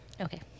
Okay